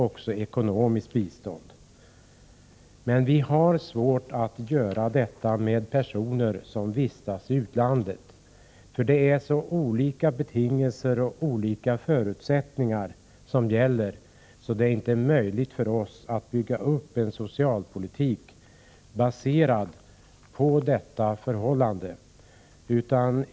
Det är emellertid svårt att införa generella regler för bidrag till personer som vistas i utlandet. Betingelserna och förutsättningarna är så vitt skilda att vi inte kan basera vår socialpolitik därpå.